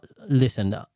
listen